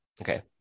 Okay